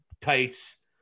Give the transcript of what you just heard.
tights